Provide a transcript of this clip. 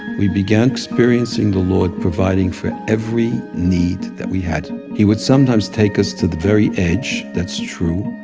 we began experiencing the lord providing for every need that we had. he would sometimes take us to the very edge, that's true.